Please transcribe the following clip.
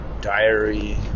diary